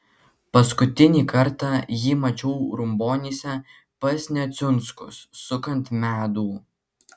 paskutinį kartą jį mačiau rumbonyse pas neciunskus sukant medų